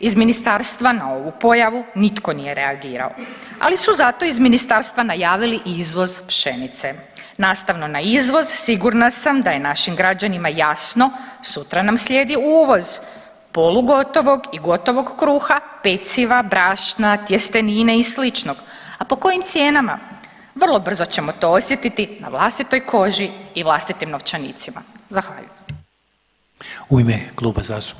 Iz ministarstva na ovu pojavu nitko nije reagirao, ali su zato iz ministarstva najavili izvoz pšenice, nastavno na izvoz sigurna sam da je našim građanima jasno sutra nam slijedi uvoz polugotovog i gotovog kruha, peciva, brašna, tjestenine i sličnog, a po kojim cijenama, vrlo brzo ćemo to osjetiti na vlastitoj koži i vlastitim novčanicima, zahvaljujem.